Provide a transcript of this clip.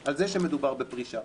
על זה שמדובר בפרישה,